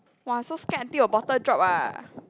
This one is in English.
!wah! so scared until your bottle drop ah